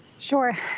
Sure